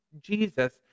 Jesus